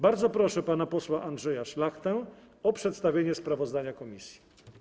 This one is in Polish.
Bardzo proszę pana posła Andrzeja Szlachtę o przedstawienie sprawozdania komisji.